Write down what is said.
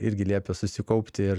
irgi liepia susikaupt ir